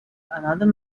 another